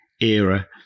era